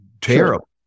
terrible